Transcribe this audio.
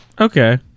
Okay